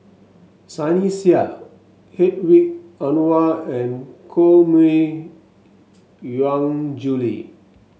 Sunny Sia Hedwig Anuar and Koh Mui Hiang Julie